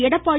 Edappadi